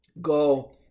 go